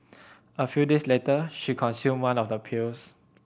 a few days later she consumed one of the pills